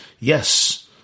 Yes